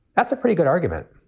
that's a pretty good argument,